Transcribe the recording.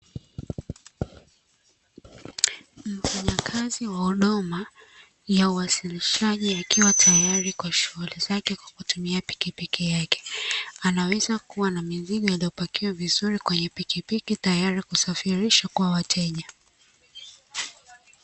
Mfanyakazi wa huduma ya uwasilishaji akiwa tayari kwenye shughuli zake kwa kutumia pikipiki yake .Anaweza kua na mizigo iliopakiwa vizuri kwenye pikipiki teyari kusafirisha kwa wateja .